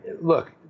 look